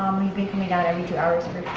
we've been coming out every two hours